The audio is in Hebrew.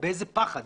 באיזה פחד